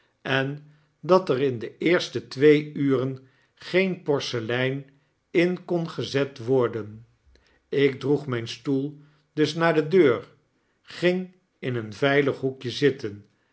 en dat er in de eerste twee uren geen porselein in kon gezet worden ik droeg mijn stoel dus naar de deur ging in een veilig hoekje zitten